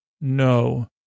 No